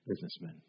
businessmen